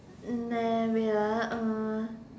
nah wait ah um